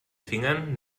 fingern